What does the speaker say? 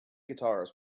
guitars